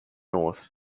north